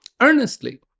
earnestly